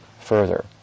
further